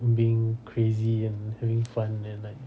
being crazy and having fun and like